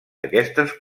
aquestes